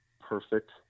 perfect